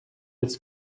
its